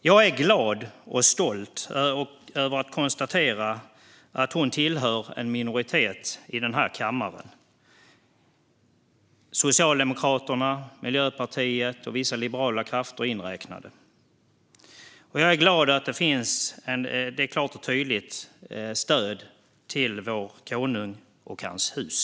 Jag är glad och stolt över att konstatera att hon tillhör en minoritet i kammaren - Socialdemokraterna, Miljöpartiet och vissa liberala krafter inräknade - och jag är glad att det finns ett klart och tydligt stöd till vår konung och hans hus.